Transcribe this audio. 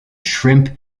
shrimp